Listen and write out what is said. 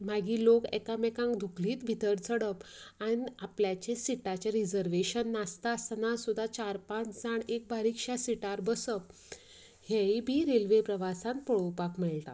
मागीर लोक एकामेकांक धुकलीत भितर चडप आनी आपल्याच्या सिटाचे रिजर्वैशन नासता आसतना सुद्दां चार पांच जाण येवन बारीकश्या सिटार बसप हेय बी रेल्वे प्रवासांत पळोवपाक मेळटा